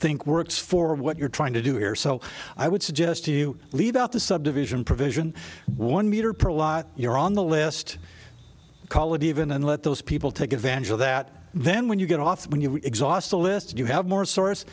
think works for what you're trying to do here so i would suggest you leave out the subdivision provision one meter per lot you're on the list call it even and let those people take advantage of that then when you get off when you exhaust the list you have more source